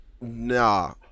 nah